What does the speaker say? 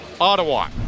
Ottawa